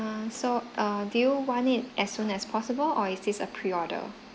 err so err do you want it as soon as possible or is this a pre order